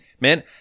man